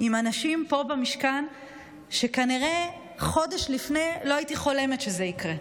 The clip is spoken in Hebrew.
עם אנשים פה במשכן שכנראה חודש לפני לא הייתי חולמת שזה יקרה.